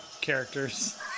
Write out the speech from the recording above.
characters